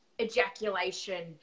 ejaculation